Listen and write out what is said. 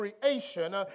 creation